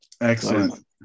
Excellent